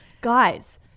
Guys